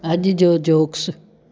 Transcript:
अॼु जो जोक्स